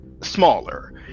smaller